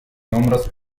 numerous